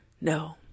No